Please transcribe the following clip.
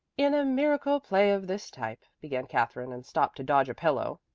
in a miracle play of this type began katherine, and stopped to dodge a pillow.